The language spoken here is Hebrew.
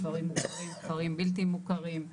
כפרים בלתי מוכרים,